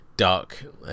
dark